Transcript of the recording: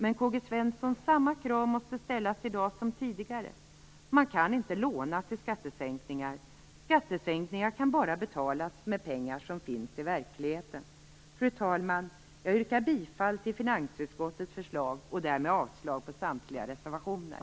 Men samma krav måste ställas i dag som tidigare, K-G Svenson. Man kan inte låna till skattesänkningar. Skattesänkningar kan bara betalas med pengar som finns i verkligheten. Fru talman! Jag yrkar bifall till finansutskottets förslag och därmed avslag på samtliga reservationer.